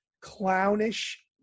clownish